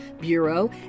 Bureau